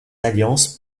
alliances